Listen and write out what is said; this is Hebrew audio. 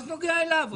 מה זה נוגע אליו?